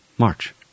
march